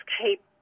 keep